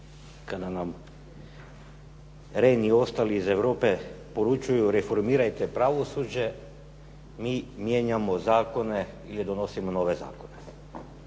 Kada nam Rehn i ostali iz Europe poručuju reformirajte pravosuđe, mi mijenjamo zakone ili donosimo nove zakone.